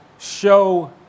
show